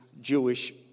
Jewish